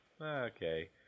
okay